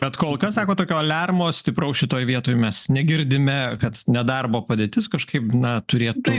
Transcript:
bet kol kas sako tokio aliarmo stipraus šitoj vietoj mes negirdime kad nedarbo padėtis kažkaip na turėtų